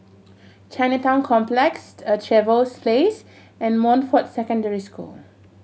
Chinatown Complex A Trevose Place and Montfort Secondary School